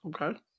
Okay